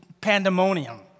pandemonium